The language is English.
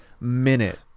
minute